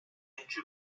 编制